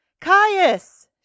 Caius